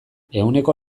ehuneko